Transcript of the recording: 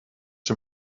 dem